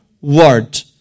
word